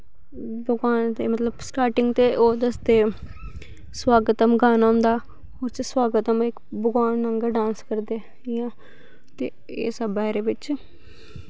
भगवान दी मतलव स्टार्टिंग ते ओह् दसदे स्वागत्म गाना होंदा ओह्दे च स्वागत्म इक भगवान आंह्गर डांस करदे इयां ते एह् सब ऐ एह्दे बिच्च